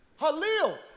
Halil